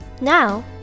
Now